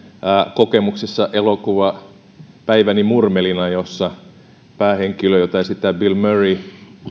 kokemuksessa elokuva päiväni murmelina jossa päähenkilö jota esittää bill murray